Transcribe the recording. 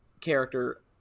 character